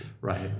Right